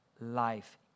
life